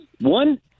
One